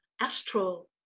astral